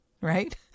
right